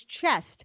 chest